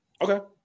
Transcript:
Okay